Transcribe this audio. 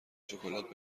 شکلات